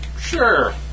Sure